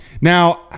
Now